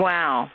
Wow